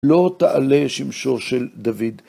לא תעלה שימשו של דוד.